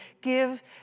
Give